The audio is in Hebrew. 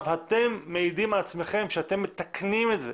אתם מעידים על עצמכם שאתם מתקנים את זה